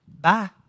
bye